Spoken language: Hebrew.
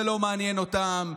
זה לא מעניין אותם,